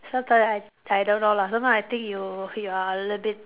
sometime I I don't know lah sometime I think you you are a little abit